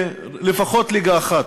לפחות ליגה אחת,